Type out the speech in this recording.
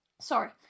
sorry